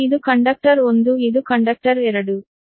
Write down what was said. ಇದು ಕಂಡಕ್ಟರ್ 1 ಇದು ಕಂಡಕ್ಟರ್ 2